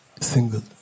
single